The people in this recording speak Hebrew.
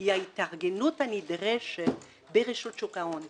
היא ההתארגנות הנדרשת בראשות שוק ההון.